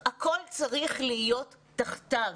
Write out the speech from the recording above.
הכול צריך להיות תחתיו.